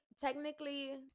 technically